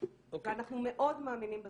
ואנחנו מאוד מאמינים בתוכנית.